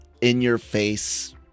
in-your-face